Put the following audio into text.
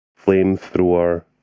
flamethrower